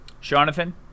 Jonathan